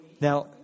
Now